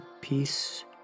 peace